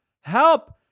help